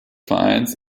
vereins